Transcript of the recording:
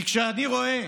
כי כשאני רואה